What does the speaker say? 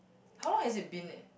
how long has it been leh